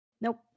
nope